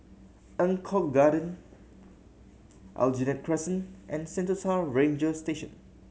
Eng Kong Garden Aljunied Crescent and Sentosa Ranger Station